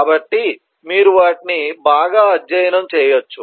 కాబట్టి మీరు వాటిని బాగా అధ్యయనం చేయవచ్చు